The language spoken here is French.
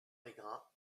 mégrin